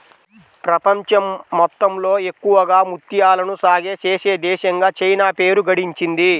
ప్రపంచం మొత్తంలో ఎక్కువగా ముత్యాలను సాగే చేసే దేశంగా చైనా పేరు గడించింది